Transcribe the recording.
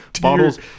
bottles